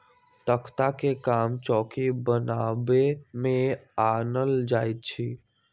तकख्ता के काम चौकि बनाबे में आनल जाइ छइ